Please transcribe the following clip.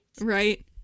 Right